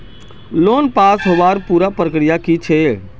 Loan pass होबार पुरा प्रक्रिया की छे?